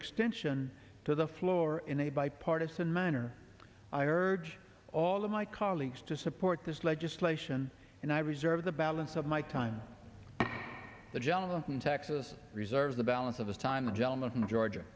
extension to the floor in a bi part of in manner i urge all of my colleagues to support this legislation and i reserve the balance of my time the gentleman from texas reserves the balance of this time the gentleman from georgia